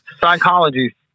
Psychology